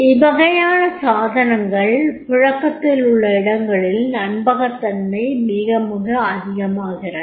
இவ்வகையான சாதனங்கள் புழக்கத்தில் உள்ள இடங்களில் நம்பகத்தன்மை மிக மிக அதிகமாகிறது